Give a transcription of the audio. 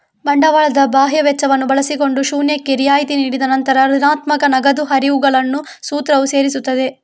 ಬಂಡವಾಳದ ಬಾಹ್ಯ ವೆಚ್ಚವನ್ನು ಬಳಸಿಕೊಂಡು ಶೂನ್ಯಕ್ಕೆ ರಿಯಾಯಿತಿ ನೀಡಿದ ನಂತರ ಋಣಾತ್ಮಕ ನಗದು ಹರಿವುಗಳನ್ನು ಸೂತ್ರವು ಸೇರಿಸುತ್ತದೆ